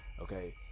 Okay